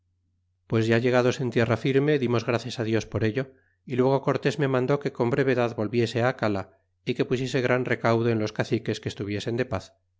pues ya llegados en tierra firme dimos gracias dios por ello y luego cortés me mandó que con brevedad volviese acala y que pusiese gran recaudo en los caciques que estuviesen de paz